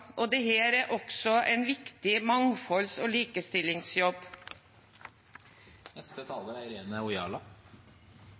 og dette er også en viktig mangfolds- og likestillingsjobb.